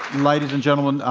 ladies and gentlemen,